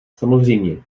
samozřejmě